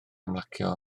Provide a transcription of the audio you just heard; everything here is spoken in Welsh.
ymlacio